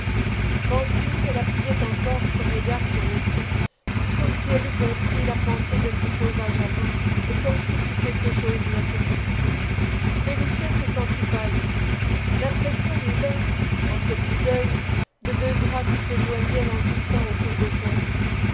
pensive elle appuyait encore son regard sur le sien comme si elle eût compris la pensée de ce sauvage amant et comme si c'eût été chose naturelle félicien se sentit pâlir l'impression lui vint en ce coup d'œil de deux bras qui se joignaient languissants autour de son cou